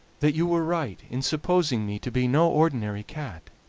that you were right in supposing me to be no ordinary cat.